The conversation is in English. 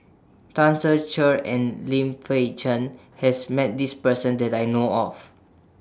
Tan Ser Cher and Lim Fei Shen has Met This Person that I know of